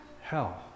hell